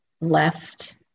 left